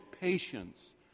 patience